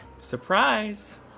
Surprise